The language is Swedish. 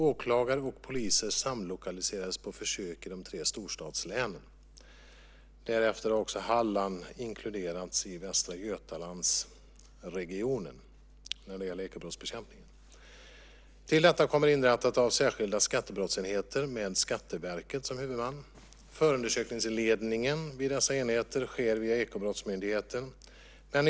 Åklagare och poliser samlokaliserades på försök i de tre storstadslänen. Därefter har också Halland inkluderats i Västra Götalandsregionen när det gäller ekobrottsbekämpningen. Till detta kommer inrättandet av särskilda skattebrottsenheter med Skatteverket som huvudman. Förundersökningsledningen vid dessa enheter sker via Ekobrottsmyndigheten.